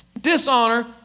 dishonor